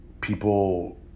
people